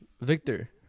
Victor